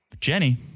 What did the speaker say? Jenny